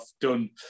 done